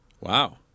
Wow